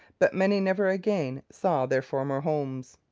but many never again saw their former homes.